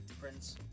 Prince